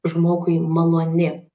žmogui maloni